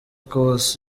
cox